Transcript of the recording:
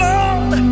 Lord